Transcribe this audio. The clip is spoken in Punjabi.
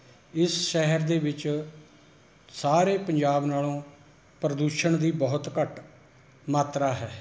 ਇਸ ਸ਼ਹਿਰ ਦੇ ਵਿੱਚ ਸਾਰੇ ਪੰਜਾਬ ਨਾਲੋਂ ਪ੍ਰਦੂਸ਼ਣ ਦੀ ਬਹੁਤ ਘੱਟ ਮਾਤਰਾ ਹੈ